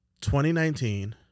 2019